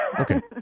Okay